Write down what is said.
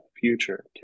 future